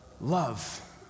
Love